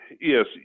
Yes